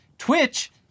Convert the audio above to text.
Twitch